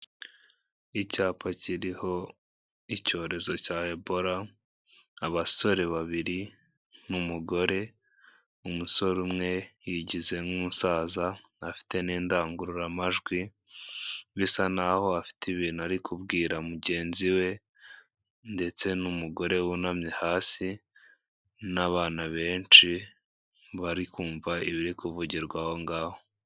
Icyapa kiriho icyorezo cya Ebola, abasore babiri n'umugore, umusore umwe yigize nk'umusaza, afite n'indangururamajwi, bisa na ho afite ibintu ari kubwira mugenzi we ndetse n'umugore wunamye hasi n'abana benshi bari kumvamva, ibiri kuvugirwa aho ngaho.